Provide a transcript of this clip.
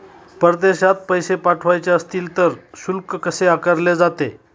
परदेशात पैसे पाठवायचे असतील तर शुल्क कसे आकारले जाते?